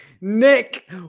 Nick